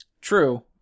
True